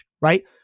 right